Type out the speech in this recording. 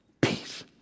Peace